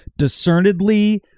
discernedly